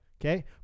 Okay